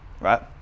right